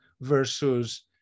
versus